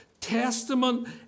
testament